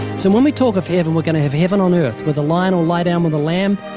so, when we talk of heaven, we're going to have heaven on earth, where the lion will lie down with the lamb,